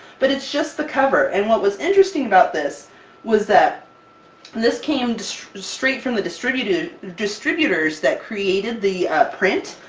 but it's just the cover. and what was interesting about this was that this came to straight from the distributed distributors that created the print.